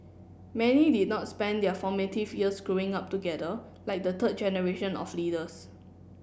many did not spend their formative years growing up together like the third generation of leaders